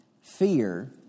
fear